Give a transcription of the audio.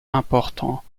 important